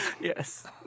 Yes